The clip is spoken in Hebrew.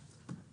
עבודה.